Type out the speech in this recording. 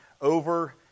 over